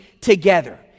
together